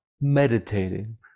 meditating